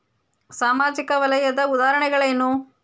ಸಾಮಾಜಿಕ ವಲಯದ್ದು ಉದಾಹರಣೆಗಳೇನು?